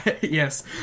yes